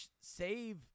save